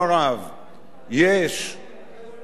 יש מצב